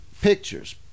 pictures